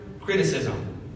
criticism